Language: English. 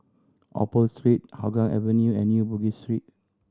Opal Hougang Avenue and New Bugis Street